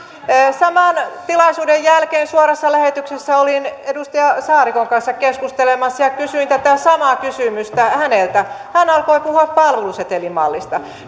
saman tilaisuuden jälkeen suorassa lähetyksessä olin edustaja saarikon kanssa keskustelemassa ja kysyin tätä samaa kysymystä häneltä hän alkoi puhua palvelusetelimallista